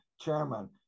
chairman